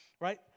right